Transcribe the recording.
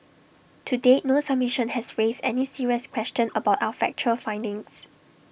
to date no submission has raised any serious question about our factual findings